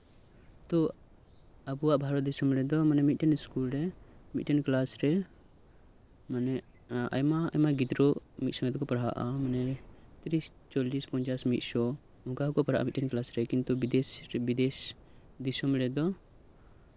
ᱛᱚ ᱟᱵᱚᱣᱟᱜ ᱵᱷᱟᱨᱚᱛ ᱫᱤᱥᱚᱢ ᱨᱮᱫᱚ ᱢᱟᱱᱮ ᱢᱤᱫ ᱴᱮᱱ ᱥᱠᱩᱞ ᱨᱮ ᱢᱤᱫ ᱴᱮᱱ ᱠᱞᱟᱥ ᱨᱮ ᱢᱟᱱᱮ ᱟᱭᱢᱟ ᱟᱭᱢᱟ ᱜᱤᱫᱽᱨᱟᱹ ᱢᱤᱫ ᱥᱚᱝᱜᱮᱛᱮ ᱟᱭᱢᱟ ᱟᱭᱢᱟ ᱜᱤᱫᱽᱨᱟᱹ ᱢᱤᱫ ᱥᱚᱝᱜᱮ ᱛᱮᱠᱚ ᱯᱟᱲᱦᱟᱜᱼᱟ ᱢᱟᱱᱮ ᱛᱤᱨᱤᱥ ᱪᱚᱞᱞᱤᱥ ᱯᱚᱧᱪᱟᱥ ᱢᱤᱫ ᱥᱚ ᱚᱱᱠᱟ ᱜᱮᱠᱚ ᱯᱟᱲᱦᱟᱜᱼᱟ ᱢᱤᱫ ᱥᱚ ᱚᱱᱠᱟᱜᱮᱠᱚ ᱯᱟᱲᱟᱜᱼᱟ ᱠᱤᱱᱛᱩ ᱵᱤᱫᱮᱥ ᱨᱮᱫᱚ